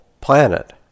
planet